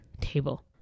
table